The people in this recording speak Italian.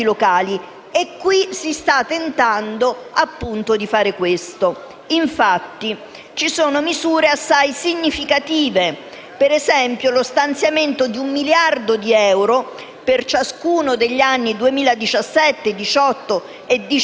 si sta tentando, appunto, di fare questo. Esso, infatti, contiene misure assai significative come - ad esempio - lo stanziamento di un miliardo di euro per ciascuno degli anni 2017, 2018 e 2019